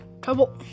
trouble